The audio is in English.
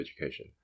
education